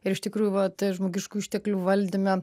ir iš tikrųjų vat žmogiškųjų išteklių valdyme